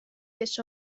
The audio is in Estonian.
kes